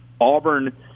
Auburn